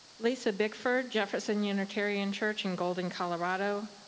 lisa bickford, jefferson unitarian church in golden, colorado.